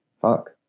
fuck